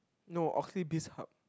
no oxyley bizhub